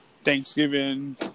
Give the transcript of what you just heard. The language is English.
Thanksgiving